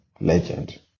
legend